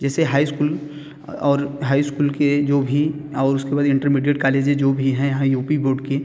जेसे high school और high school के जो भी और उसके बाद इंटरमिडीएट कॅालेजेज जो भी हैं यहाँ यू पी बोर्ड के